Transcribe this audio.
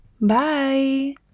bye